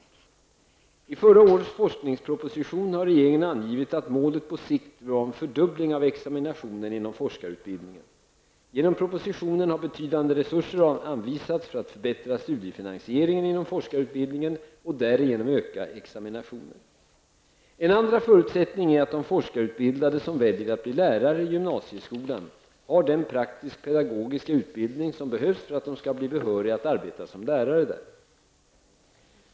I 1990 års forskningsproposition har regeringen angivit att målet på sikt bör vara en fördubbling av examinationen inom forskarutbildningen. Genom propositionen har betydande resurser anvisats för att förbättra studiefinansieringen inom forskarutbildningen och därigenom öka examinationen. En andra förutsättning är att de forskarutbildade som väljer att bli lärare i gymnasieskolan har den praktisk-pedagogiska utbildning som behövs för att de skall bli behöriga att arbeta som lärare där.